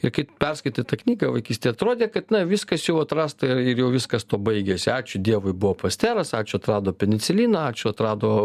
ir kai tu perskaitai tą knygą vaikystėj atrodė kad na viskas jau atrasta ir jau viskas tuo baigėsi ačiū dievui buvo pasteras ačiū atrado peniciliną ačiū atrado